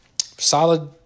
solid